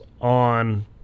on